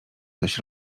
coś